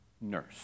nurse